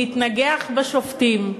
להתנגח בשופטים.